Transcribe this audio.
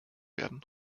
werden